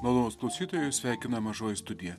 malonūs klausytojus sveikina mažoji studija